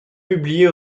publiée